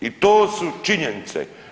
I to su činjenice.